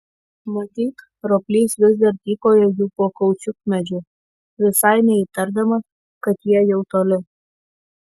matyt roplys vis dar tykojo jų po kaučiukmedžiu visai neįtardamas kad jie jau toli